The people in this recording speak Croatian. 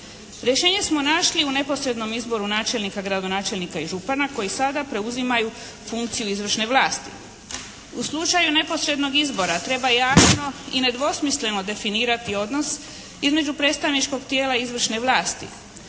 Rješenje smo našli u neposrednom izboru načelnika, gradonačelnika i župana koji sada preuzimaju funkciju izvršne vlasti. U slučaju neposrednog izbora treba jasno i nedvosmisleno definirati odnos između predstavničkog tijela i izvršne vlasti.